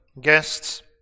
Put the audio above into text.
guests